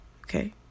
okay